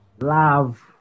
love